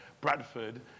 Bradford